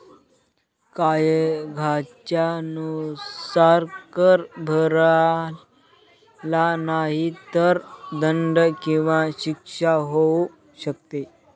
कायद्याच्या नुसार, कर भरला नाही तर दंड किंवा शिक्षा होऊ शकते